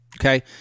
Okay